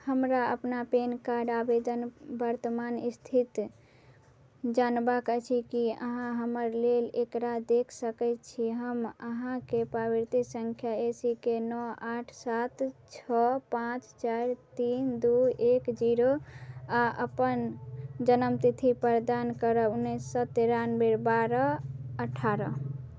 हमरा अपना PAN card आवेदन वर्तमान इस्थिति जानबाक अछि कि अहाँ हमर लेल एकरा देखि सकै छी हम अहाँकेँ पावती सँख्या ए सी के नओ आठ सात छओ पाँच चारि तीन दुइ एक जीरो आओर अपन जनमतिथि प्रदान करब उनैस सओ तेरानवे बारह अठारह